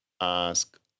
ask